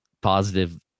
positive